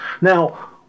Now